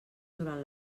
durant